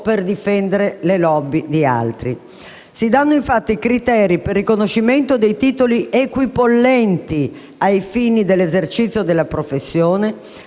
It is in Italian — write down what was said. Si danno infatti i criteri per il riconoscimento dei titoli equipollenti ai fini dell'esercizio della professione,